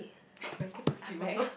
if I get to sleep also